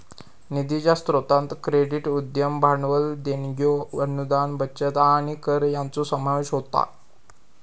निधीच्या स्रोतांत क्रेडिट, उद्यम भांडवल, देणग्यो, अनुदान, बचत आणि कर यांचो समावेश होता